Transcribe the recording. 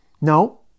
No